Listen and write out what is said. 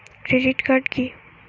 Credit card কি?